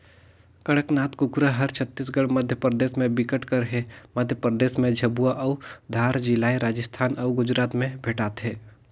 कड़कनाथ कुकरा हर छत्तीसगढ़, मध्यपरदेस में बिकट कर हे, मध्य परदेस में झाबुआ अउ धार जिलाए राजस्थान अउ गुजरात में भेंटाथे